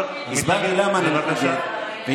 אתה לא יכול לדבר על דברים אחרים.